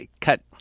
cut